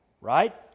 Right